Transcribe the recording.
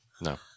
No